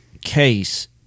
case